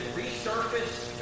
resurfaced